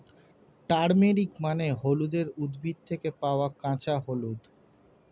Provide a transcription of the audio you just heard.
turmeric মানে হলুদের উদ্ভিদ থেকে পাওয়া কাঁচা হলুদ